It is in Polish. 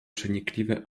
przenikliwe